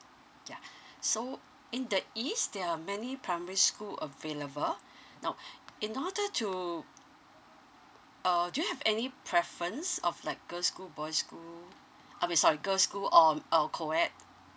ya so in the east there are many primary school available now in order to uh do you have any preference of like girl school boy school I mean sorry girl school or um a coed